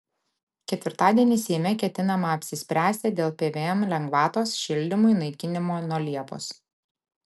ketvirtadienį seime ketinama apsispręsti dėl pvm lengvatos šildymui naikinimo nuo liepos